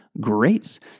grace